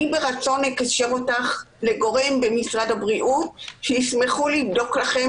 אני אקשר אותך ברצון לגורם במשרד הבריאות שישמחו לבדוק לכם